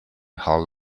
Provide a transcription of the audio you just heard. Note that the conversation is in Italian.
hall